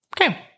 Okay